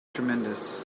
tremendous